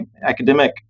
academic